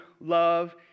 love